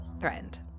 threatened